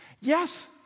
Yes